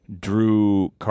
Drew